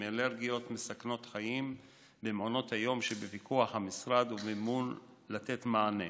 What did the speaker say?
אלרגיות מסכנות חיים במעונות היום שבפיקוח המשרד ובמימונו כדי לתת מענה.